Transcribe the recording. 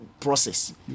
process